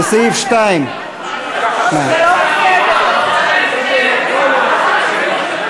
לסעיף 2. זה לא עובד.